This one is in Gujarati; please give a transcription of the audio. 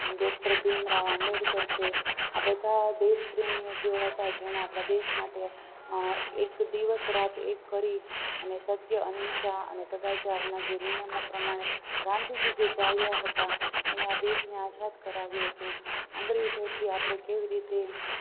ડૉક્ટર ભીમરાવ આંબેડકર છે આ બધા દેશપ્રેમીઓ જે હતા જેણે આપણા દેશ માટે એક દિવસ રાત એક કરી અને સત્ય અહિંસાને સદાચારના જે નિયમો પ્રમાણે ગાંધીજી જે ચાલ્યા હતા એને એ આ દેશને આઝાદ કરાવ્યો હતો અંગ્રેજોથી આપણે કેવી રીતે